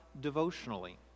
devotionally